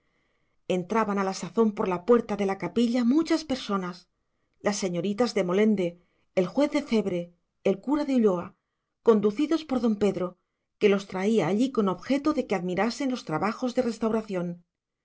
entraban a la sazón por la puerta de la capilla muchas personas las señoritas de molende el juez de cebre el cura de ulloa conducidos por don pedro que los traía allí con objeto de que admirasen los trabajos de restauración